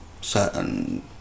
certain